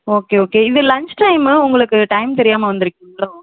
okay okay இது lunch time உங்களுக்கு time தெரியாமல் வந்துருக்கீங்களோ